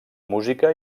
música